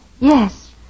Yes